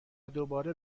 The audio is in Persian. دوباره